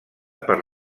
per